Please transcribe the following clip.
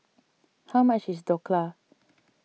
how much is Dhokla